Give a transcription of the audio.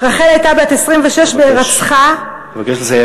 המחבל שרצח את שעיה